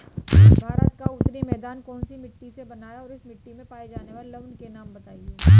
भारत का उत्तरी मैदान कौनसी मिट्टी से बना है और इस मिट्टी में पाए जाने वाले लवण के नाम बताइए?